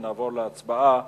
ונעבור להצבעה